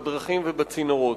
בדרכים ובצינורות.